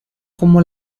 como